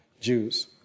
Jews